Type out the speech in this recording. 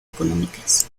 económicas